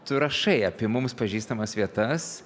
tu rašai apie mums pažįstamas vietas